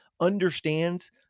understands